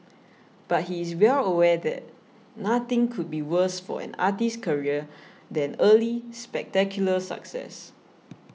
but he is well aware that nothing could be worse for an artist's career than early spectacular success